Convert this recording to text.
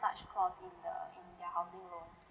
such clause in the in their housing loan